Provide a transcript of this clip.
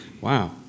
Wow